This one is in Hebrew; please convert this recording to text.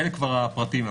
אלה הפרטים.